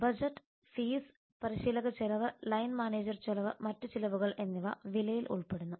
budget fees പരിശീലക ചെലവ് line manager ചെലവ് മറ്റ് ചെലവുകൾ എന്നിവ വിലയിൽ ഉൾപ്പെടുന്നു